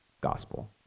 Gospel